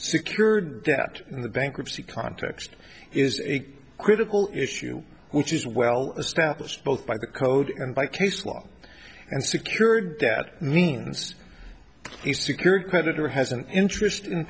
secured debt in the bankruptcy context is a critical issue which is well established both by the code and by case law and secured that means he's secured creditor has an interest in